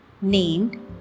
named